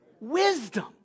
wisdom